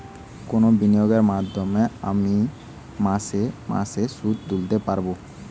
কোন বিনিয়োগের মাধ্যমে আমি মাসে মাসে সুদ তুলতে পারবো?